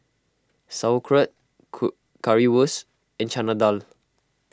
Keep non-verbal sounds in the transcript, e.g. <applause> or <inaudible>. Sauerkraut <unintelligible> Currywurst and Chana Dal